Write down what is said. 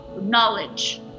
knowledge